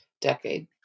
decade